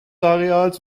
areals